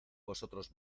nosotros